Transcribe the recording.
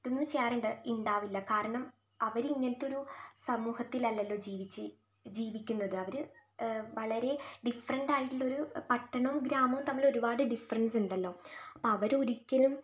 തീർച്ചയായിട്ടും ഉണ്ടാവില്ല കാരണം അവർ ഇങ്ങനത്തെ ഒരു സമൂഹത്തിൽ അല്ലലോ ജീവിച്ചു ജീവിക്കുന്നത് അവർ വളരെ ഡിഫ്ഫറന്റായിട്ടുള്ളൊരു പട്ടണവും ഗ്രാമവും തമ്മിൽ ഒരുപാട് ഡിഫ്ഫറൻസ് ഉണ്ടല്ലോ അപ്പോൾ അവരൊരിക്കലും